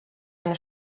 eine